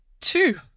two